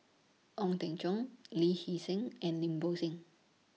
Ong Teng Cheong Lee Hee Seng and Lim Bo Seng